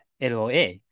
LOA